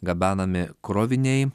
gabenami kroviniai